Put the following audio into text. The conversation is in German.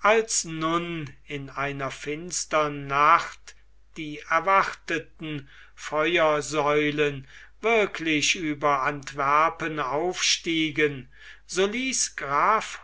als nun in einer finstern nacht die erwarteten feuersäulen wirklich über antwerpen aufstiegen so ließ graf